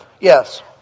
Yes